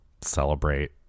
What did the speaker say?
celebrate